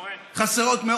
חסר בית חולים בצפון,